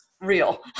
real